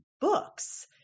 books